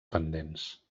pendents